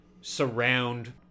surround